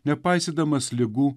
nepaisydamas ligų